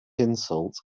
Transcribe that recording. insult